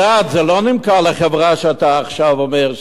זה לא נמכר לחברה שאתה עכשיו אומר את השם שלה.